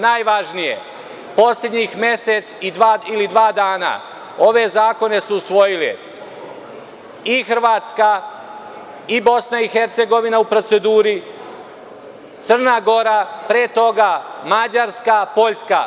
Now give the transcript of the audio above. Najvažnije, poslednjih mesec ili dva dana, ove zakone su usvojili i Hrvatska i Bosna i Hercegovina u proceduri, Crna Gora, pre toga Mađarska, Poljska.